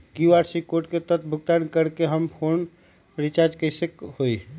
QR code के तहद भुगतान करके हम फोन रिचार्ज कैसे होई?